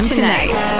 Tonight